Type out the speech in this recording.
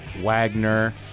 Wagner